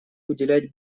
уделять